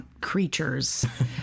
creatures